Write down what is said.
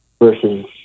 versus